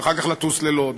ואחר כך לטוס ללוד,